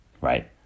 Right